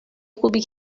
خوبی